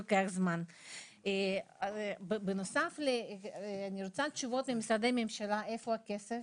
לוקח לה זמן לחשוב ולפעמים היא מתעוררת אחרי שנה ואחרי שנתיים.